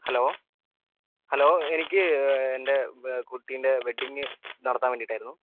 hello hello എനിക്ക് എൻ്റെ കുട്ടിൻ്റേ വെഡിങ് നടത്താൻ വേണ്ടിയിട്ടായിരുന്നു